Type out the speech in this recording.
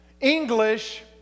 English